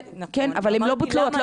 נכון --- אבל הן לא בוטלו,